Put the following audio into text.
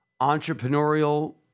entrepreneurial